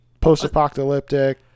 Post-apocalyptic